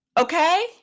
Okay